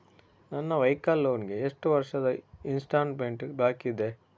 ನನ್ನ vehicle loan ಗೆ ಎಷ್ಟು ವರ್ಷದ ಇನ್ಸ್ಟಾಲ್ಮೆಂಟ್ ಬಾಕಿ ಇದೆ?